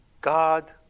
God